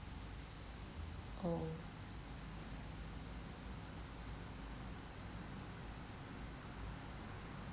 oh